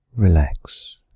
relax